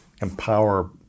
empower